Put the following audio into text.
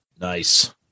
nice